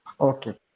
Okay